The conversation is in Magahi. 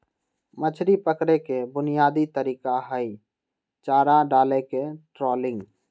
मछरी पकड़े के बुनयादी तरीका हई चारा डालके ट्रॉलिंग